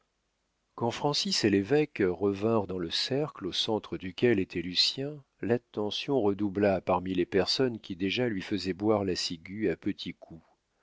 quand francis et l'évêque revinrent dans le cercle au centre duquel était lucien l'attention redoubla parmi les personnes qui déjà lui faisaient boire la ciguë à petits coups